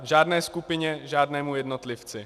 Žádné skupině, žádnému jednotlivci.